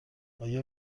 آیا